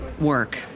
work